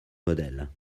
modèle